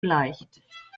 leicht